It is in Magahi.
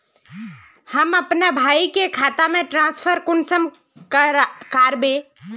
हम अपना भाई के खाता में ट्रांसफर कुंसम कारबे?